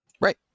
Right